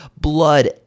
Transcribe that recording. blood